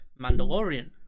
Mandalorian